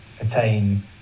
attain